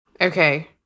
Okay